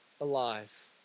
alive